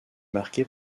marquée